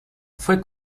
fue